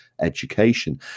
education